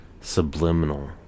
Subliminal